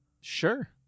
sure